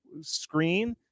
screen